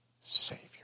Savior